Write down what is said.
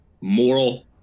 moral